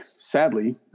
sadly